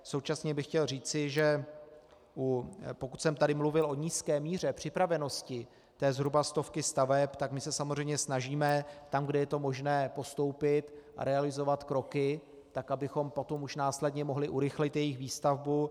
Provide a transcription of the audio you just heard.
Současně bych chtěl říci, že pokud jsem mluvil o nízké míře připravenosti zhruba stovky staveb, tak se samozřejmě snažíme, kde je to možné, postoupit a realizovat kroky, abychom už potom následně mohli urychlit jejich výstavbu.